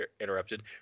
interrupted